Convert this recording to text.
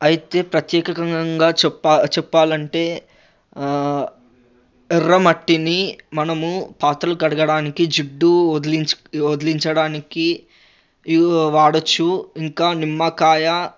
అయితే ప్రత్యేకంగా చెప్పా చెప్పాలంటే ఎర్రమట్టిని మనము పాత్రలు కడగటానికి జిడ్డు వదిలించు వదిలించడానికి యూ వాడవచ్చు ఇంకా నిమ్మకాయ